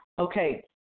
Okay